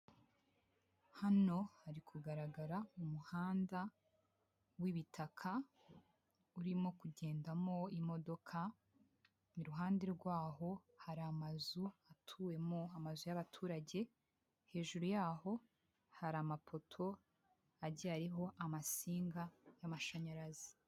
Hano hari kugaragara mu muhanda w'ibitaka, urimo kugendamo imodoka, iruhande rwaho hari amazu atuwemo, amazu y'abaturage, hejuru y'aho hari amapoto agiye ariho amasinga y'amashanyarazi.